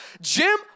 jim